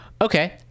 Okay